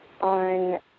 on